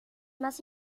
más